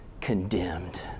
condemned